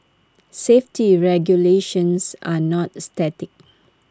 safety regulations are not static